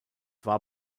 war